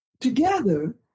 Together